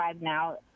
now